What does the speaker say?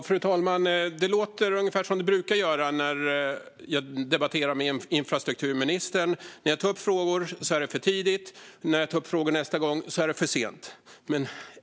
Fru talman! Det låter ungefär som det brukar göra när jag debatterar med infrastrukturministern: När jag tar upp vissa frågor är det för tidigt, och när jag tar upp dem nästa gång är det för sent.